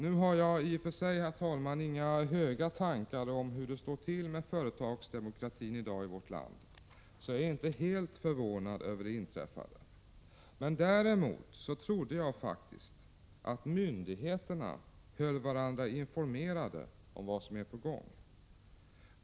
Nu har jag i och för sig, herr talman, inga höga tankar om hur det står till med företagsdemokratin i dag i vårt land, så jag är inte helt förvånad över det inträffade. Men däremot trodde jag faktiskt att myndigheterna höll varandra informerade om vad som är på gång.